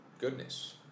goodness